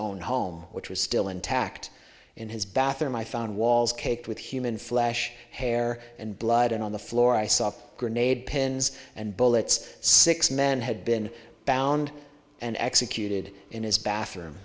own home which was still intact in his bathroom i found walls caked with human flesh hair and blood and on the floor i saw grenade pins and bullets six men had been found and executed in his bathroom